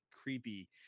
creepy